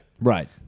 Right